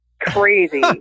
crazy